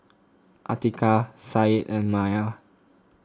Atiqah Said and Maya